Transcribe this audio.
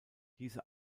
diese